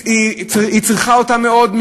שצריך אותו מאוד,